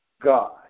God